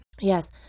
Yes